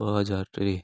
ॿ हज़ार टे